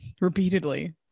repeatedly